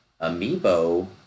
Amiibo